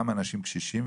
גם אנשים קשישים,